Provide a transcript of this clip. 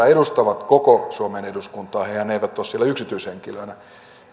edustavat koko suomen eduskuntaa hehän eivät ole siellä yksityishenkilöinä